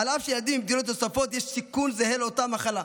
אף שלילדים ממדינות נוספות יש סיכון זהה לאותה מחלה.